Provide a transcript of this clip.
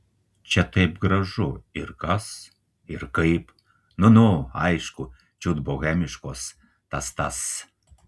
čia taip gražu ir kas ir kaip nu nu aišku čiut bohemiškos tas tas